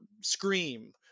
scream